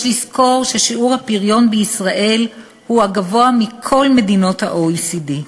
יש לזכור ששיעור הפריון בישראל הוא הגבוה בכל מדינות ה-OECD.